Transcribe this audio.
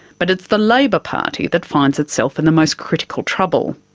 but it's the labor party that finds itself in the most critical trouble.